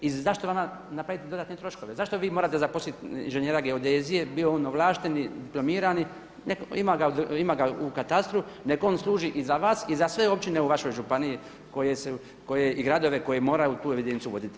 I zašto vama napraviti dodatne troškove, zašto vi morate zaposliti inženjera geodezije bio on ovlašteni, diplomirani, ima ga u katastru, neka on služi i za vas i za sve općine u vašoj županiji, i gradove, koji moraju tu evidenciju voditi.